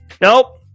Nope